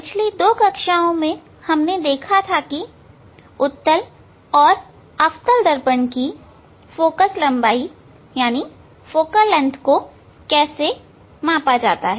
पिछली दो कक्षाओं में हमने देखा कि उत्तल और अवतल दर्पण की फोकल लंबाई को कैसे मापा जाता है